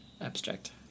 abstract